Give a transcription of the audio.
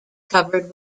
covered